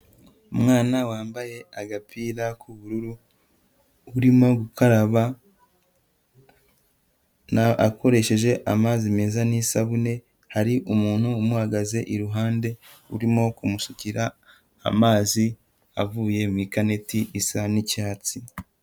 Umwana wambaye agapira k'ubururu, urimo gukaraba akoresheje amazi meza n'isabune, hari umuntu umuhagaze iruhande, urimo kumusukira amazi avuye mu ikaneti isa n'icyatsi.